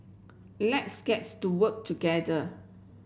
let's gets to work together